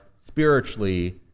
spiritually